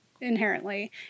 inherently